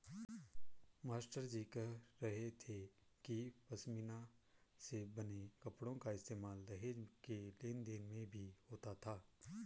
मास्टरजी कह रहे थे कि पशमीना से बने कपड़ों का इस्तेमाल दहेज के लेन देन में भी होता था